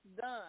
done